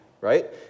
right